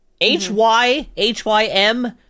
H-Y-H-Y-M